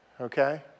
okay